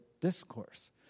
Discourse